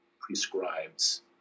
prescribes